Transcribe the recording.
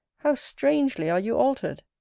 how strangely are you altered!